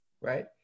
right